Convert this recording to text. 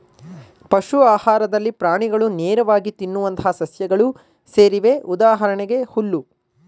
ಪಶು ಆಹಾರದಲ್ಲಿ ಪ್ರಾಣಿಗಳು ನೇರವಾಗಿ ತಿನ್ನುವಂತಹ ಸಸ್ಯಗಳು ಸೇರಿವೆ ಉದಾಹರಣೆಗೆ ಹುಲ್ಲು